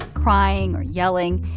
crying or yelling.